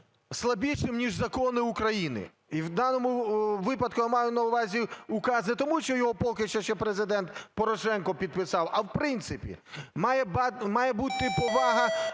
слабішим, ніж закони України. І в даному випадку я маю на увазі указ не тому, що його поки що ще Президент Порошенко підписав, а в принципі. Має бути повага